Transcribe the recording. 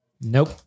Nope